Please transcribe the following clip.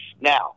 Now